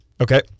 Okay